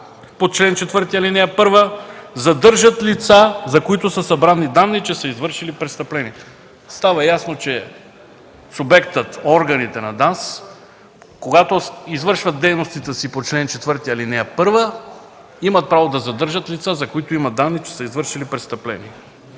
по чл. 4, ал. 1 задържат лица, за които са събрани данни, че са извършили престъпления”. Става ясно, че субектът – органите на ДАНС, когато извършват дейностите си по чл. 4, ал. 1, имат право да задържат лица, за които има данни, че са извършили престъпления.